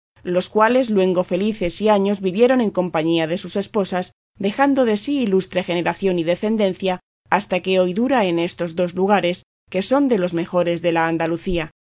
los cuales luengos y felices años vivieron en compañía de sus esposas dejando de sí ilustre generación y decendencia que hasta hoy dura en estos dos lugares que son de los mejores de la andalucía